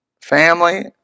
family